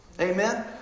Amen